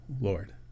Lord